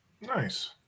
Nice